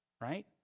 right